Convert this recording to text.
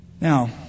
Now